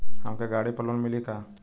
हमके गाड़ी पर लोन मिली का?